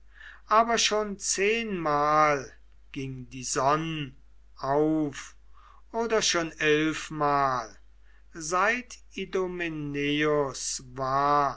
aber schon zehnmal ging die sonn auf oder schon elfmal seit idomeneus war